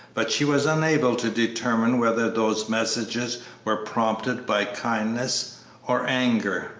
but she was unable to determine whether those messages were prompted by kindness or anger.